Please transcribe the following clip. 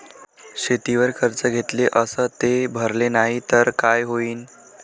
शेतीवर कर्ज घेतले अस ते भरले नाही तर काय होईन?